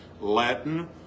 latin